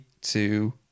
two